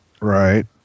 Right